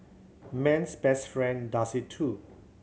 man's best friend does it too